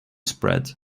spread